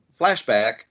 flashback